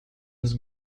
his